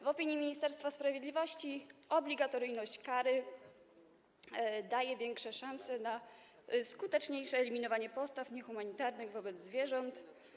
W opinii Ministerstwa Sprawiedliwości obligatoryjność kary daje większe szanse na skuteczniejsze eliminowanie postaw niehumanitarnych wobec zwierząt.